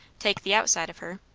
take the outside of her.